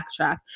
backtrack